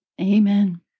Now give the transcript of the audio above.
Amen